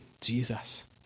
Jesus